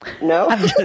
No